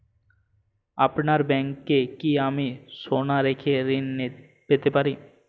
আপনার ব্যাংকে কি আমি সোনা রেখে ঋণ পেতে পারি?